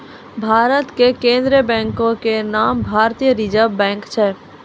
भारत के केन्द्रीय बैंको के नाम भारतीय रिजर्व बैंक छै